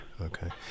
okay